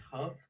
tough